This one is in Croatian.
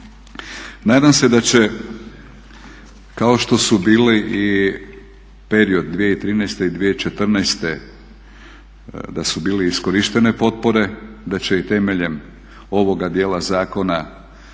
Nadam se da će kao što su bili i period 2013. i 2014., da su bile iskorištene potpore, da će i temeljem ovoga dijela zakona